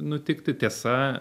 nutikti tiesa